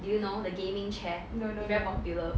do you know the gaming chair very popular